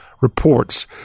reports